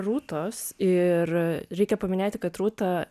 rūtos ir reikia paminėti kad rūta